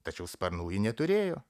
tačiau sparnų ji neturėjo